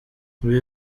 ibi